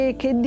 che